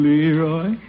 Leroy